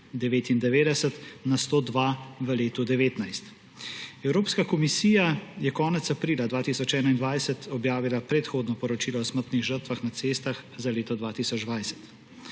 1999 na 102 v letu 2019. Evropska komisija je konec aprila 2021 objavila predhodno poročilo o smrtnih žrtvah na cestah za leto 2020.